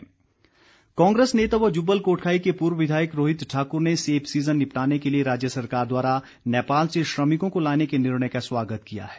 रोहित ठाकुर कांग्रेस नेता व जुब्बल कोटखाई के पूर्व विधायक रोहित ठाक्र ने सेब सीजन निपटाने के लिए राज्य सरकार द्वारा नेपाल से श्रमिकों को लाने के निर्णय का स्वागत किया है